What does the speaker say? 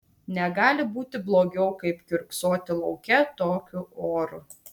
negali būti blogiau kaip kiurksoti lauke tokiu oru